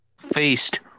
faced